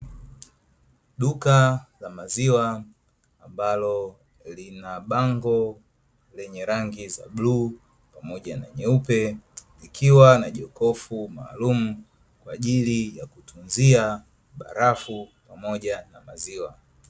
Duka la maziwa ambalo lina bango lenye rangi za bluu pamoja na nyeupe, likiwa na jokofu maalumu kwa ajili ya kutunzia barafu pamoja na maziwa.